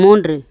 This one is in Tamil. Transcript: மூன்று